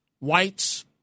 Whites